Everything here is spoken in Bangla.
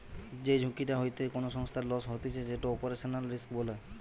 যেই ঝুঁকিটা হইতে কোনো সংস্থার লস হতিছে যেটো অপারেশনাল রিস্ক বলে